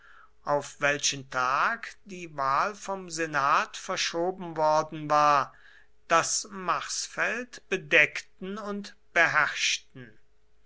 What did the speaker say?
auf welchen tag die wahl vom senat verschoben worden war das marsfeld bedeckten und beherrschten